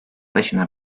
başına